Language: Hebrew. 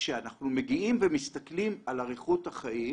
שכשאנחנו מגיעים ומסתכלים על אריכות החיים